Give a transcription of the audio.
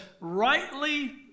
rightly